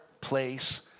place